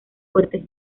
fuertes